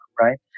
right